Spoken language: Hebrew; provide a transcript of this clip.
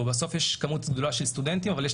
בסוף יש כמות גדולה של סטודנטים אבל יש